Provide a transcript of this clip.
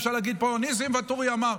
אפשר להגיד פה: ניסים ואטורי אמר,